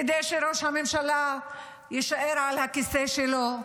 כדי שראש הממשלה יישאר על הכיסא שלו,